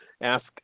ask